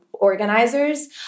organizers